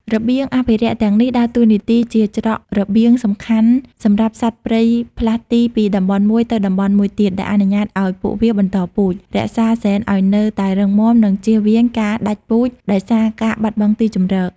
របៀងអភិរក្សទាំងនេះដើរតួនាទីជាច្រករបៀងសំខាន់សម្រាប់សត្វព្រៃផ្លាស់ទីពីតំបន់មួយទៅតំបន់មួយទៀត ដែលអនុញ្ញាតឱ្យពួកវាបន្តពូជ រក្សាហ្សែនឱ្យនៅតែរឹងមាំ និងជៀសវាងការដាច់ពូជដោយសារការបាត់បង់ទីជម្រក។